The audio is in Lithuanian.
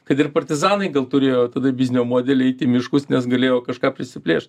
kad ir partizanai gal turėjo tada biznio modelį eit į miškus nes galėjo kažką prisiplėšt